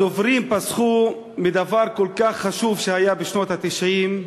הדוברים פסחו על דבר כל כך חשוב שהיה בשנות ה-90,